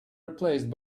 replaced